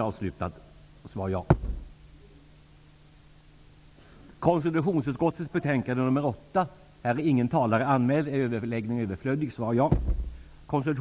Man kan inte heller, i ett sådant här fall, dra i gång en debatt om saker som inte är föremål